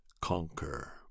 conquer